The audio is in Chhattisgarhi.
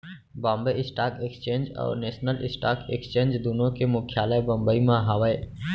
बॉम्बे स्टॉक एक्सचेंज और नेसनल स्टॉक एक्सचेंज दुनो के मुख्यालय बंबई म हावय